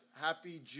Happy